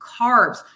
carbs